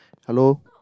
hello